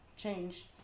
change